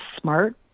smart